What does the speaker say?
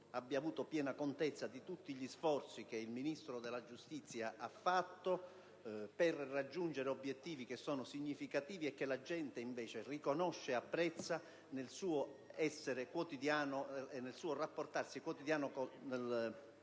abbia avuto piena contezza di tutti gli sforzi che il Ministro della giustizia ha fatto per raggiungere obiettivi che sono significativi e che la gente, invece, riconosce e apprezza nel suo rapportarsi quotidiano con il